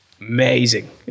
Amazing